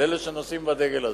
לאלה שנושאים את הדגל הזה.